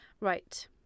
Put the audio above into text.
right